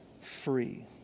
free